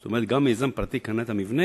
זאת אומרת, גם אם יזם פרטי קנה את המבנה,